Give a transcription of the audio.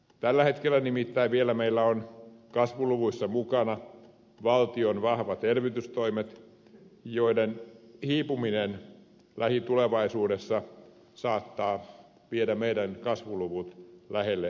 tällä hetkellä nimittäin meillä ovat vielä kasvuluvuissa mukana valtion vahvat elvytystoimet joiden hiipuminen lähitulevaisuudessa saattaa viedä meidän kasvuluvut lähelle nollaa